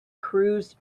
cruised